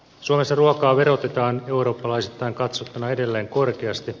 suomessa ruokaa verotetaan eurooppalaisittain katsottuna edelleen korkeasti